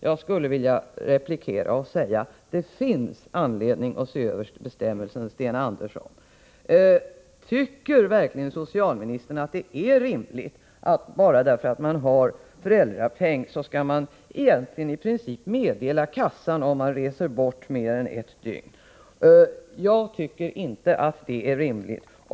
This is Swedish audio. Jag skulle vilja replikera: Det finns anledning att se över bestämmelsen, Sten Andersson. Tycker verkligen socialministern att det är rimligt att man bara för att man har föräldrapeng i princip skall meddela försäkringskassan, om man är borta från hemmet mer än ett dygn? Jag tycker inte att det är rimligt.